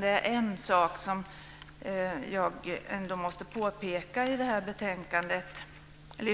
Det är en sak jag måste påpeka i